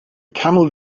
camel